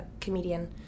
comedian